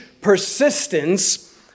Persistence